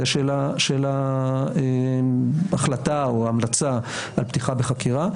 של ההחלטה או ההמלצה על פתיחה בחקירה,